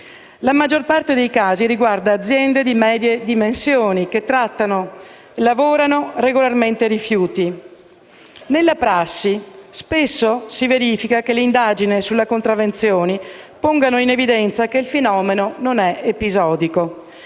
la maggior parte dei casi riguarda aziende di medie dimensioni, che lavorano e trattano regolarmente rifiuti. Nella prassi, spesso si verifica che le indagini sulle contravvenzioni pongono in evidenza che il fenomeno non è episodico,